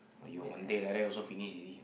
!aiyo! one day like that also finish ready